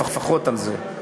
לפחות על זה,